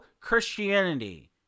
Christianity